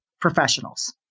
professionals